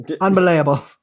Unbelievable